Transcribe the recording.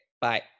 Bye